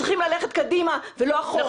צריכים ללכת קדימה ולא אחורה.